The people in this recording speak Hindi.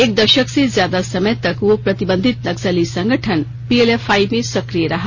एक दशक से ज्यादा समय तक वो प्रतिबंधित नक्सली संगठन पीएलएफआई में सक्रिय रहा